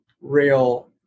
real